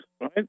right